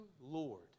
Lord